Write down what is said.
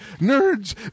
nerds